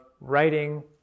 writing